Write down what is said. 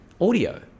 audio